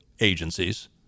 agencies